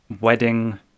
wedding